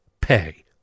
pay